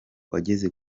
wageze